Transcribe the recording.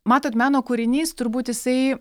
matot meno kūrinys turbūt jisai